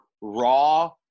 raw